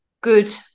good